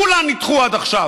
כולן נדחו עד עכשיו,